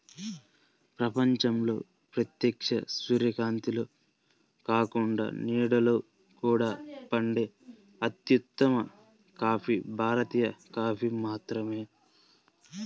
ప్రపంచంలో ప్రత్యక్ష సూర్యకాంతిలో కాకుండా నీడలో కూడా పండే అత్యుత్తమ కాఫీ భారతీయ కాఫీ మాత్రమే